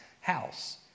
house